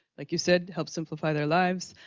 like you said, helps simplify their lives.